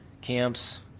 camps